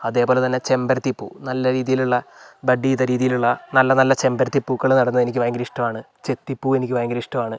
അതേപോലെത്തന്നെ ചെമ്പരത്തി പൂവ് നല്ല രീതിയിലുള്ള ബഡ് ചെയ്ത രീതിയിലുള്ള നല്ല നല്ല ചെമ്പരത്തിപ്പൂക്കള് നടുന്നത് എനിക്ക് ഭയങ്കര ഇഷ്ട്ടവാണ് ചെത്തി പൂവ് എനിക്ക് ഭയങ്കര ഇഷ്ട്ടമാണ്